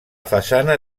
façana